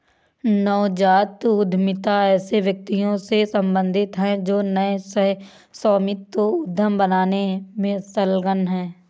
नवजात उद्यमिता ऐसे व्यक्तियों से सम्बंधित है जो नए सह स्वामित्व उद्यम बनाने में संलग्न हैं